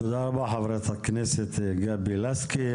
תודה רבה, חה"כ גבי לסקי.